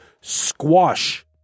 squash